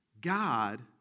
God